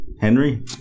Henry